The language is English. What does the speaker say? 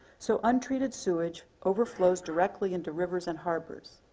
so untreated sewage overflows directly into rivers and harbors,